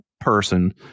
person